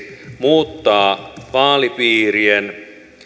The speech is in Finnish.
muuttaa vaalipiirien rajoja